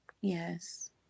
Yes